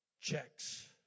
Checks